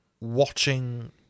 watching